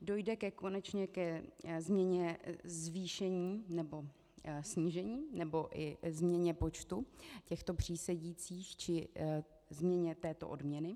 Dojde konečně ke změně, zvýšení nebo snížení nebo i změně počtu těchto přísedících či změně této odměny?